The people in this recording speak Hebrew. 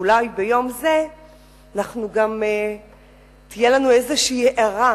אולי ביום זה תהיה לנו הארה,